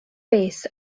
bass